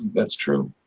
that's true.